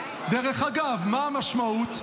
דרך אגב, מה המשמעות?